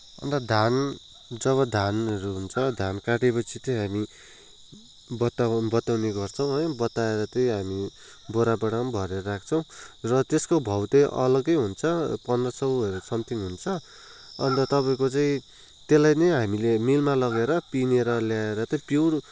अन्त धान जब धानहरू हुन्छ धान काटेपछि चाहिँ हामी बताउने बताउने गर्छौँ है बताएर चाहिँ हामी बोरा बोरामा भरेर राख्छौँ र त्यस्तो भाउ चाहिँ अलग्गै हुन्छ पन्द्र सौहरू सम्थिङ हुन्छ अन्त तपाईँको चाहिँ त्यसलाई नै हामीले मिलमा लगेर पिनेर ल्याएर चाहिँ प्युर